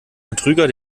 betrüger